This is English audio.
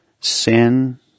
Sin